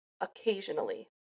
occasionally